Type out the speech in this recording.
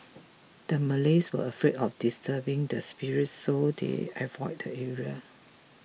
the Malays were afraid of disturbing the spirits so they avoided the area